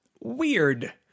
weird